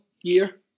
year